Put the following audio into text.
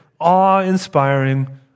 awe-inspiring